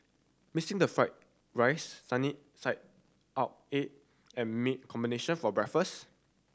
missing the fried rice sunny side up egg and meat combination for breakfast